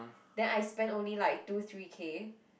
then I spent only like two three-K